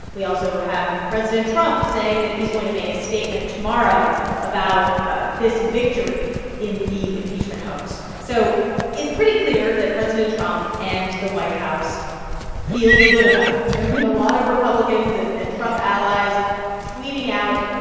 we also have president trump saying that he's going to make a statement tomorrow about ah this victory in the impeachment hoax, so it's pretty clear that president trump and the white house feel good about this. there've been a lot of republicans and and trump allies tweeting out,